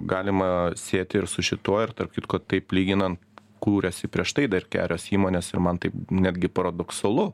galima sieti ir su šituo ir tarp kitko taip lyginant kūrėsi prieš tai dar kelios įmonės ir man taip netgi paradoksalu